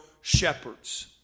shepherds